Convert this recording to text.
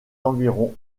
environs